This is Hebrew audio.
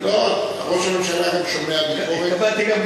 ראש הממשלה רק שומע ביקורת, התכוונתי,